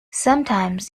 sometimes